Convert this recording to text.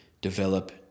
develop